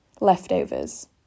leftovers